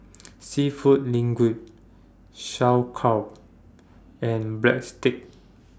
Seafood Linguine Sauerkraut and Breadsticks